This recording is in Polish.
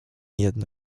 jedno